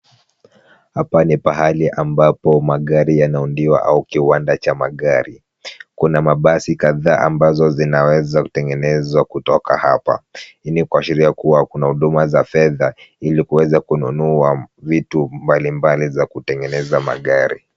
Hapa ni pahali ambapo magari yanaundiwa au kiwanda cha magari. Kuna mabasi kadhaa ambazo zinaweza kutengenezwa kutoka hapa. Hii ni kuashiria kuwa, kuna huduma za fedha ili kuweza kununua vitu mbalimbali za kutengeneza magari.